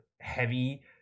heavy